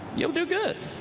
you will do good.